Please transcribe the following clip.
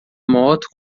moto